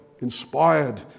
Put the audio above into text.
inspired